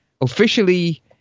officially